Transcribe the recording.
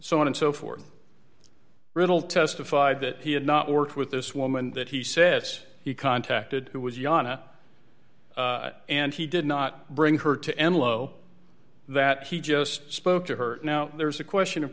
so on and so forth riddle testified that he had not worked with this woman that he says he contacted who was yana and he did not bring her to end low that he just spoke to her now there's a question of